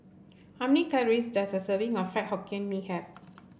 how many calories does a serving of Fried Hokkien Mee have